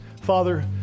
Father